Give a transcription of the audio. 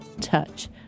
Touch